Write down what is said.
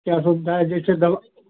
क्या सुविधा है जैसे दवा